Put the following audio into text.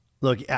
look